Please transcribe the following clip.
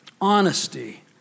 honesty